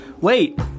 wait